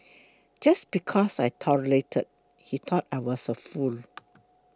just because I tolerated he thought I was a fool